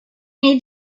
need